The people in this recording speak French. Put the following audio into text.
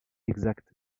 exacte